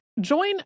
Join